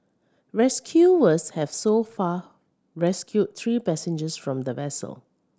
rescuers have so far rescued three passengers from the vessel